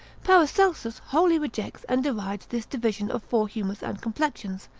paracelsus wholly rejects and derides this division of four humours and complexions,